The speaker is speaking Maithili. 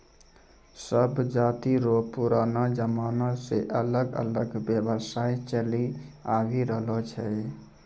सब जाति रो पुरानो जमाना से अलग अलग व्यवसाय चलि आवि रहलो छै